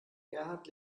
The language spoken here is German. gerhard